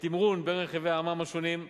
לתמרון בין רכיבי המע"מ השונים.